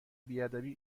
بیادبی